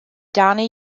donnie